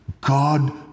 God